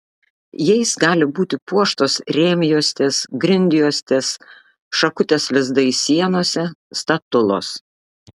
jais gali būti puoštos rėmjuostės grindjuostės šakutės lizdai sienose statulos